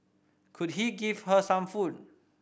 could he give her some food